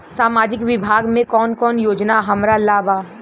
सामाजिक विभाग मे कौन कौन योजना हमरा ला बा?